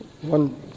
one